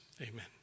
Amen